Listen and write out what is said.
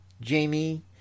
Jamie